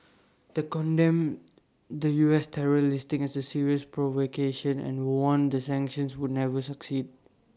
the condemned the U S terror listing as A serious provocation and warned that sanctions would never succeed